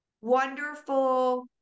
wonderful